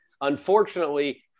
Unfortunately